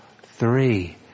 three